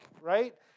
right